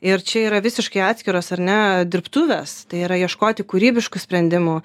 ir čia yra visiškai atskiros ar ne dirbtuvės tai yra ieškoti kūrybiškų sprendimų